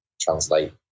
translate